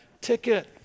ticket